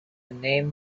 name